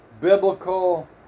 biblical